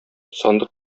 сандык